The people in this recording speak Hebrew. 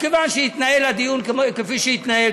מכיוון שהתנהל הדיון כפי שהתנהל,